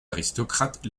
aristocrates